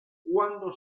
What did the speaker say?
cuando